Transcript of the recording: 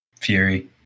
Fury